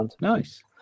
nice